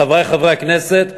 חברי חברי הכנסת,